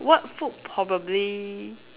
what food probably